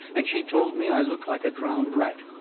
and she told me i looked like a drowned rat.